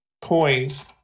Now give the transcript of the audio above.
coins